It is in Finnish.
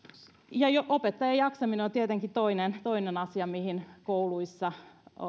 opettajien jaksaminen on tietenkin toinen toinen asia mihin kouluissa